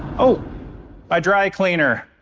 ah my dry cleaner.